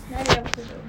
na~ yang to do